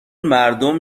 مردم